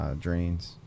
drains